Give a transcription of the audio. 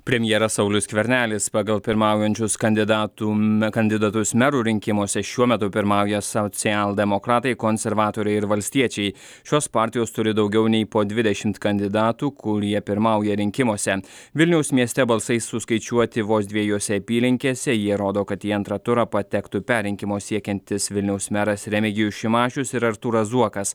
premjeras saulius skvernelis pagal pirmaujančius kandidatų na kandidatus merų rinkimuose šiuo metu pirmauja socialdemokratai konservatoriai ir valstiečiai šios partijos turi daugiau nei po dvidešimt kandidatų kurie pirmauja rinkimuose vilniaus mieste balsai suskaičiuoti vos dviejose apylinkėse jie rodo kad į antrą turą patektų perrinkimo siekiantis vilniaus meras remigijus šimašius ir artūras zuokas